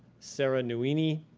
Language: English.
sara nouini,